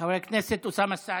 חבר הכנסת אוסאמה סעדי,